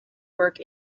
work